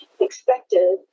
expected